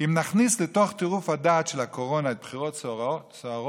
אם נכניס לתוך טירוף הדעת של הקורונה בחירות סוערות,